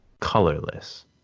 Colorless